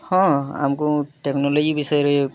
ହଁ ଆମକୁ ଟେକ୍ନୋଲୋଜି ବିଷୟରେ